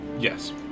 Yes